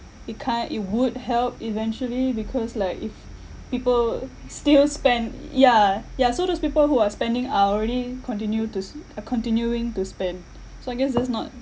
it can't it would help eventually because like if people still spend y~ ya ya so those people who are spending are already continue tos are continuing to spend so I guess that's not